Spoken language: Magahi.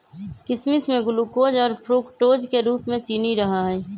किशमिश में ग्लूकोज और फ्रुक्टोज के रूप में चीनी रहा हई